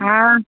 हँ